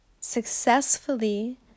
successfully